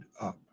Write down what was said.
up